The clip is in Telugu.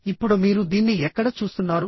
ఇప్పుడు మీరు దీన్ని ఎక్కడ చూస్తున్నారు